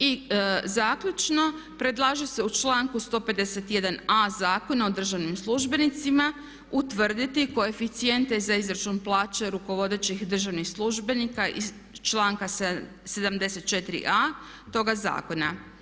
I zaključno, predlaže se u članku 151. a Zakona o državnim službenicima utvrditi koeficijente za izračun plaće rukovodećih državnih službenika iz članka 74.a toga zakona.